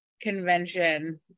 convention